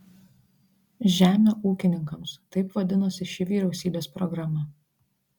žemę ūkininkams taip vadinosi ši vyriausybės programa